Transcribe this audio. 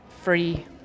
free